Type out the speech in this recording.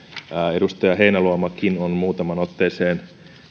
edustaja heinäluomakin on muutamaan otteeseen